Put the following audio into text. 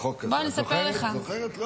את זוכרת?